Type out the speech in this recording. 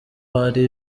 hari